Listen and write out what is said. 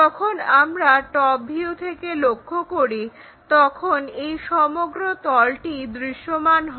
যখন আমরা top view থেকে লক্ষ্য করি তখন এই সমগ্রতলটি দৃশ্যমান হয়